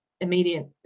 immediate